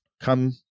come